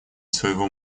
своего